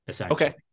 Okay